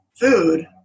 food